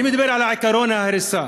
אני מדבר על עקרון ההריסה.